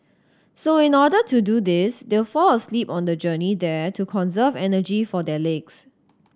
so in order to do this they'll fall asleep on the journey there to conserve energy for their legs